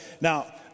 Now